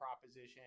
proposition